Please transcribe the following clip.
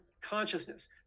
consciousness